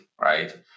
right